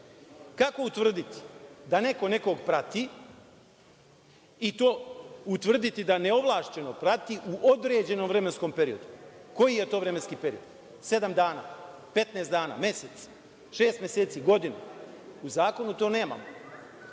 Kako utvrditi da neko nekog prati i to utvrditi da neovlašćeno prati u određenom vremenskom periodu? Koji je to vremenski period? Sedam dana, petnaest dana, mesec, šest meseci, godinu. U zakonu to nemamo.